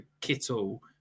Kittle